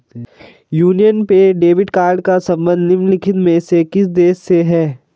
Union पे debit card का संबंध निम्नलिखित में से किस देश से है?